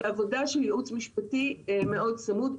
ועבודה של ייעוץ משפטי צמוד מאוד,